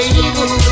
evil